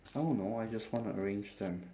I don't know I just want to arrange them